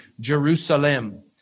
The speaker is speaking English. Jerusalem